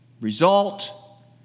result